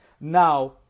Now